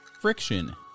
friction